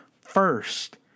first